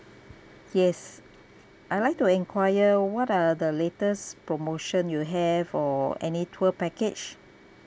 yes I would like to enquire what are the latest promotion you have for any tour package